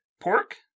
Pork